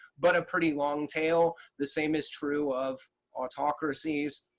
but a pretty long tail. the same is true of autocracies.